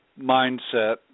mindset